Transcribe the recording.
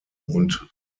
und